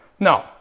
No